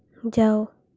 ଯାଅ